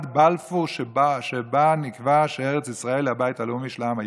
בלפור שבה נקבע שארץ ישראל היא הבית הלאומי של העם היהודי.